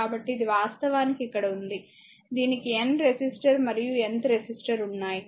కాబట్టి ఇది వాస్తవానికి ఇక్కడ ఉంది దీనికి N రెసిస్టర్ మరియు Nth రెసిస్టర్ ఉన్నాయి